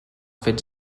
fets